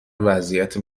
وضعیت